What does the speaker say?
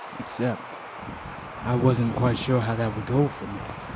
except i wasn't quite sure how that would go for me.